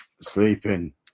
Sleeping